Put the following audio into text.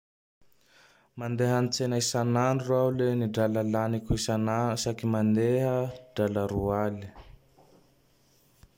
Mandeha an-tsena isan'andro ao le ny drala laniko isana isaky mandeha, draala roa aly.